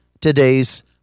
today's